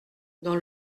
dans